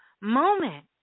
moment